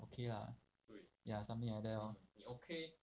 okay lah ya something like that lor